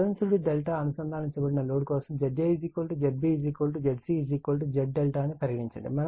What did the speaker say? balanced ∆ అనుసంధానించబడిన load కోసం Z a Zb Zc Z∆ అని పరిగణించండి